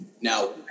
Now